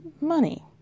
money